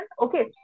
Okay